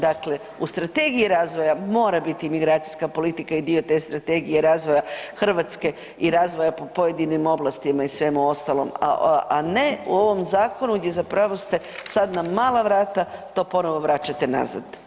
Dakle, u strategiji razvoja mora biti imigracijska politika i dio te strategije razvoja Hrvatske i razvoja po pojedinim oblastima i svemu ostalom, a ne u ovom zakonu gdje zapravo ste sad na mala vrata to ponovo vraćate nazad.